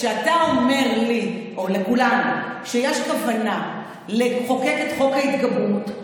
כשאתה אומר לי או לכולנו שיש כוונה לחוקק את חוק ההתגברות,